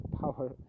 power